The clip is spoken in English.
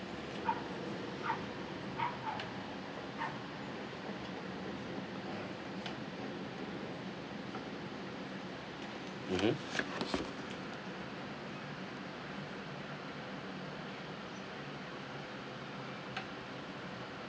mmhmm